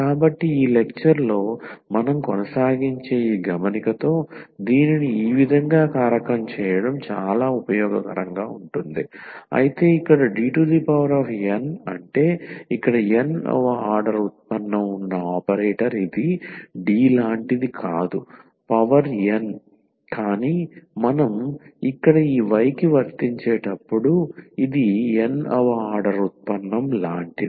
కాబట్టి ఈ లెక్చర్ లో మనం కొనసాగించే ఈ గమనికతో దీనిని ఈ విధంగా కారకం చేయడం చాలా ఉపయోగకరంగా ఉంటుంది అయితే ఇక్కడ Dn అంటే ఇక్కడ n వ ఆర్డర్ ఉత్పన్నం ఉన్న ఆపరేటర్ ఇది Dn లాంటిది కాదు కానీ మనం ఈ y కి వర్తించేటప్పుడు ఇది n వ ఆర్డర్ ఉత్పన్నం లాంటిది